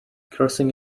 crossing